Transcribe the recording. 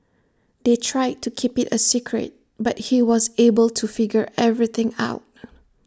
they tried to keep IT A secret but he was able to figure everything out